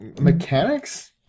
mechanics